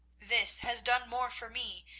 this has done more for me,